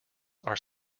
are